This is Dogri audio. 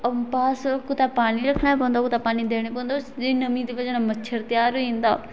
कुते पानी रक्खना पौंदा कुतै पानी देना पौंदा इस नमी दी बजह कन्नै मच्छर त्यार होई जंदा